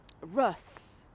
Russ